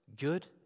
good